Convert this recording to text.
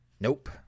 Nope